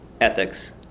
ethics